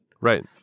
Right